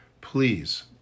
please